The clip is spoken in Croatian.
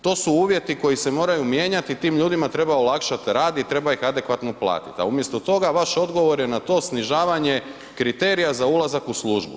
To su uvjeti koji se moraju mijenjati, tim ljudima treba olakšati rad i treba ih adekvatno platiti, a umjesto toga, vaš odgovor je na to snižavanje kriterija za ulazak u službu.